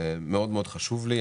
מאוד מאוד חשוב לי,